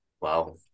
Wow